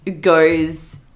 goes